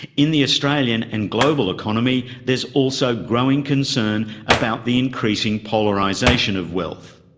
in the australian and global economy, there's also growing concern about the increasing polarisation of wealth.